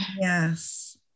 Yes